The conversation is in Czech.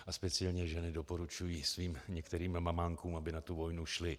A speciálně ženy doporučují svým některým mamánkům, aby na tu vojnu šli.